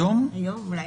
היום, אולי